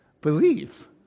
Believe